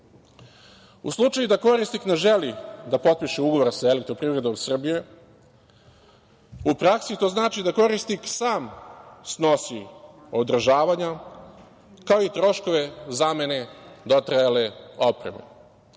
slučaju da korisnik ne želi da potpiše ugovor sa Elektroprivredom Srbije, u praksi to znači da korisnik sam snosi održavanja, kao i troškove zamene dotrajale opreme. Mi